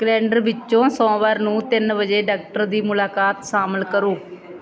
calendar ਵਿੱਚੋਂ ਸੋਮਵਾਰ ਨੂੰ ਤਿੰਨ ਵਜੇ ਡਾਕਟਰ ਦੀ ਮੁਲਾਕਾਤ ਸ਼ਾਮਿਲ ਕਰੋ